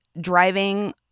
driving